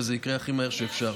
וזה יקרה הכי מהר שאפשר.